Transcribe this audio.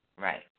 Right